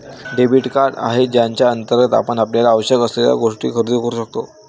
debit card आहे ज्याअंतर्गत आपण आपल्याला आवश्यक असलेल्या गोष्टी खरेदी करू शकतो